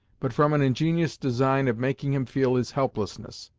but from an ingenious design of making him feel his helplessness,